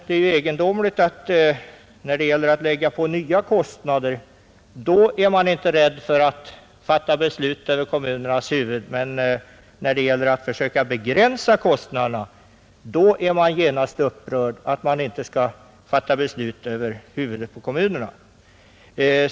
Det är egendomligt att man när det gäller att lägga på nya kostnader inte är rädd för att fatta beslut över kommunernas huvud men att man när det gäller att försöka begränsa kostnaderna genast är upprörd över att det skall fattas beslut över huvudet på kommunerna.